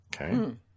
Okay